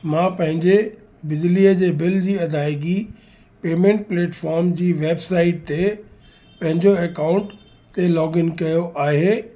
मां पंहिंजे बिजलीअ जे बिल जी अदायगी पेमेंट प्लेटफ़ॉम जी वेबसाइट ते पंहिंजो अकाउंट खे लॉगइन कयो आहे